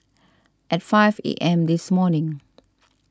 at five A M this morning